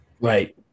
Right